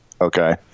okay